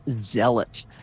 zealot